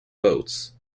boats